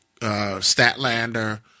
Statlander